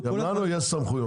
גם לנו יש סמכויות.